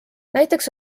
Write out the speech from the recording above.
näiteks